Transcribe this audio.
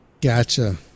Gotcha